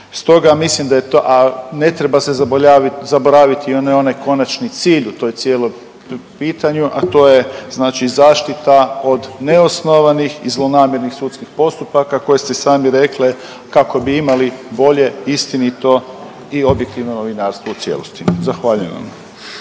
Stoga mislim da je to, a ne treba se zaboraviti i onaj konačni cilj u toj cijeloj pitanju, a to je znači zaštita od neosnovanih i zlonamjernih sudskih postupaka koje ste sami rekli kao bi imali bolje istinito i objektivno novinarstvo u cijelosti. Zahvaljujem vam.